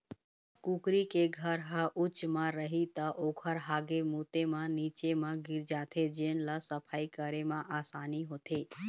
कुकरी के घर ह उच्च म रही त ओखर हागे मूते ह नीचे म गिर जाथे जेन ल सफई करे म असानी होथे